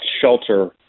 shelter